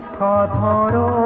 da da da